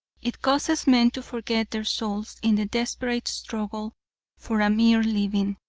it causes men to forget their souls in the desperate struggle for a mere living.